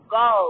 go